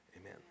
amen